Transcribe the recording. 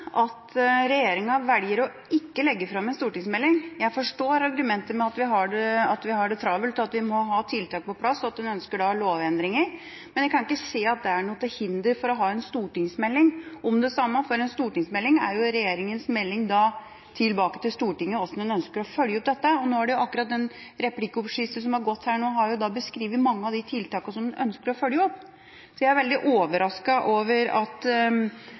at regjeringa velger å ikke legge fram en stortingsmelding. Jeg forstår argumentet med at vi har det travelt, og at vi må ha tiltak på plass, og at en ønsker lovendringer. Men jeg kan ikke se at det er noe til hinder for å ha en stortingsmelding om det samme, for en stortingsmelding er jo regjeringas melding til Stortinget om hvordan en ønsker å følge opp dette, og det replikkordskiftet som akkurat har gått nå, har jo beskrevet mange av de tiltakene som en ønsker å følge opp. Så jeg er veldig overrasket over at